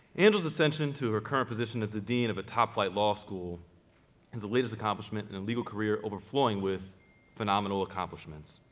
angela's ascension to her current position as the dean of top flight law school is the latest accomplishment in a legal career overflowing with phenomenal accomplishments.